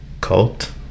cult